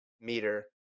meter